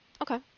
okay